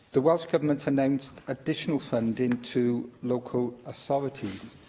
the welsh government announced additional funding to local authorities.